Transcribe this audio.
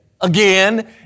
Again